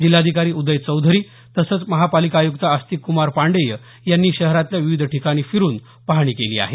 जिल्हाधिकारी उदय चौधरी तसंच महापालिका आयुक्त आस्तिक कुमार पाण्डेय यांनी शहरातल्या विविध ठिकाणी फिरून पाहणी केली आहे